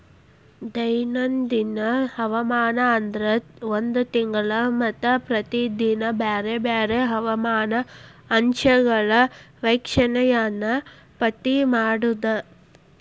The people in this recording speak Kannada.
ದೈನಂದಿನ ಹವಾಮಾನ ಅಂದ್ರ ಒಂದ ತಿಂಗಳ ಮಟಾ ಪ್ರತಿದಿನಾ ಬ್ಯಾರೆ ಬ್ಯಾರೆ ಹವಾಮಾನ ಅಂಶಗಳ ವೇಕ್ಷಣೆಯನ್ನಾ ಪಟ್ಟಿ ಮಾಡುದ